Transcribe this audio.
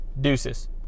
deuces